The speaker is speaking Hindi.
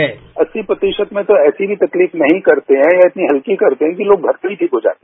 साउंड बाईट अस्सी प्रतिशत में तो ऐसी भी तकलीफ नहीं करते हैं या इतनी हल्की करते हैं कि लोग घर पे ही ठीक हो जाते हैं